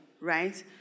right